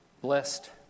Blessed